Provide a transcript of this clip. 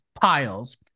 piles